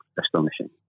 Astonishing